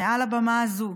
מעל הבמה הזאת,